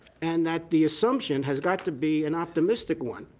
and that the assumption has got to be an optimistic one,